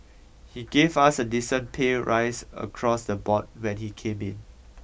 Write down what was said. he gave us a decent pay rise across the board when he came in